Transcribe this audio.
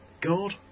God